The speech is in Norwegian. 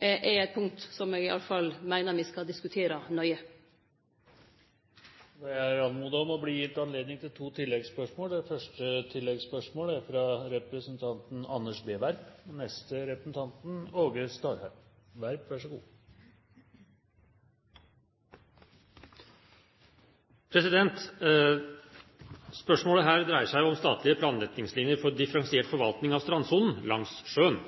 er eit punkt eg i alle fall meiner me skal diskutere nøye. Det blir oppfølgingsspørsmål – først Anders B. Werp. Spørsmålet her dreier seg om statlige planretningslinjer for differensiert forvaltning av strandsonen langs sjøen.